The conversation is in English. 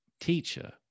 teacher